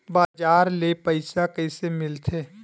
बजार ले पईसा कइसे मिलथे?